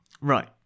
Right